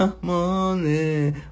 Money